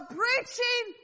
preaching